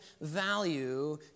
value